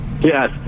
yes